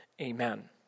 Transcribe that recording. Amen